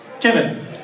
Kevin